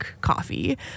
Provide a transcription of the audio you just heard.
coffee